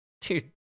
Dude